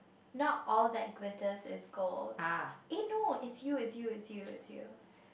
not all that glitters is gold eh no it's you it's you it's you it's you